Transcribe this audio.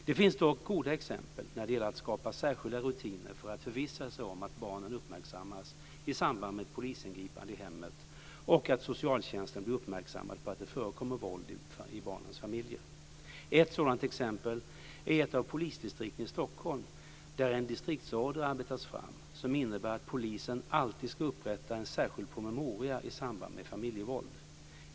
Det finns dock goda exempel när det gäller att skapa särskilda rutiner för att förvissa sig om att barnen uppmärksammas i samband med ett polisingripande i hemmet och att socialtjänsten blir uppmärksammad på att det förekommer våld i barnens familjer. Ett sådant exempel är ett av polisdistrikten i Stockholm där en distriktsorder arbetats fram som innebär att polisen alltid ska upprätta en särskild promemoria i samband med familjevåld.